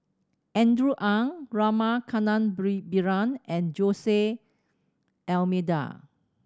Andrew Ang Rama Kannabiran and Jose D'Almeida